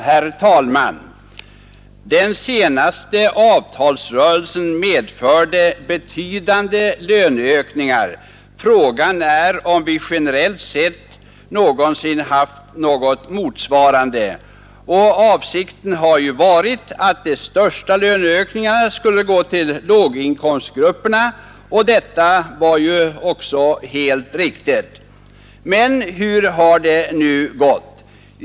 Herr talman! Den senaste avtalsrörelsen medförde betydande löneökningar. Frågan är om vi generellt sett någonsin haft någon motsvarighet till dessa. Avsikten har ju varit att de största löneökningarna skulle gå till låginkomsttagarna, och detta var också helt riktigt. Men hur har det nu gått?